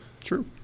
true